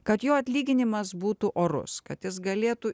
kad jo atlyginimas būtų orus kad jis galėtų